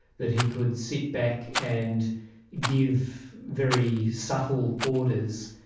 that he could sit back and give very subtle orders,